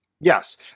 Yes